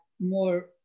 more